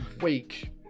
week